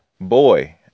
boy